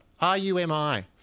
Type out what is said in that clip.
R-U-M-I